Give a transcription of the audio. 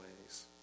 ways